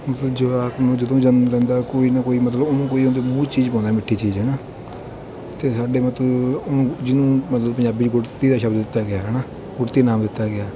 ਮਤਲਬ ਜਵਾਕ ਨੂੰ ਜਦੋਂ ਜਨਮ ਲੈਂਦਾ ਕੋਈ ਨਾ ਕੋਈ ਮਤਲਬ ਉਹਨੂੰ ਕੋਈ ਉਹਦੇ ਮੂੰਹ 'ਚ ਚੀਜ਼ ਪਾਉਂਦਾ ਮਿੱਠੀ ਚੀਜ਼ ਹੈ ਨਾ ਅਤੇ ਸਾਡੇ ਮਤਲਬ ਉਹਨੂੰ ਜਿਹਨੂੰ ਮਤਲਬ ਪੰਜਾਬੀ 'ਚ ਗੁੜ੍ਹਤੀ ਦਾ ਸ਼ਬਦ ਦਿੱਤਾ ਗਿਆ ਹੈ ਨਾ ਗੁੜ੍ਹਤੀ ਨਾਮ ਦਿੱਤਾ ਗਿਆ